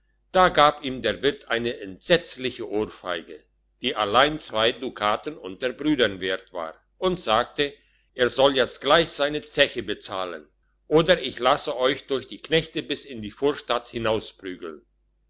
da gab ihm der wirt eine entsetzliche ohrfeige die allein zwei dukaten unter brüdern wert war und sagte er soll jetzt sogleich seine zeche bezahlen oder ich lasse euch durch die knechte bis in die vorstadt